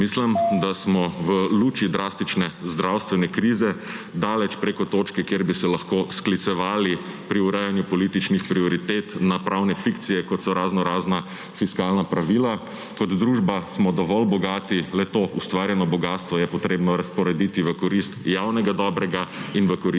Mislim, da smo v luči drastične zdravstvene krize daleč preko točke, kjer bi se lahko sklicevali pri urejanju političnih prioritet na pravne fikcije, kot so raznorazna fiskalna pravila. Kot družba smo dovolj bogati, le to ustvarjeno bogastvo je treba razporediti v korist javnega dobrega in v korist